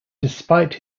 despite